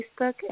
Facebook